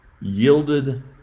yielded